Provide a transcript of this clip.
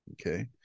Okay